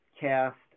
cast